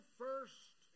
first